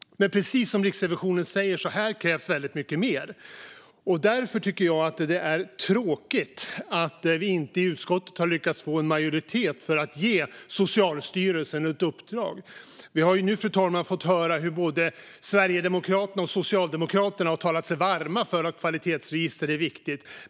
Precis som Riksrevisionen säger krävs mycket mer. Därför är det tråkigt att vi i utskottet inte har lyckats få majoritet för att ge Socialstyrelsen ett uppdrag. Fru talman! Vi har nu hört både Sverigedemokraterna och Socialdemokraterna tala sig varma för hur viktiga kvalitetsregister är.